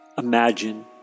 Imagine